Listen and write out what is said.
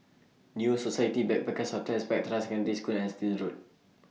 New Society Backpackers' Hotel Spectra Secondary School and Still Road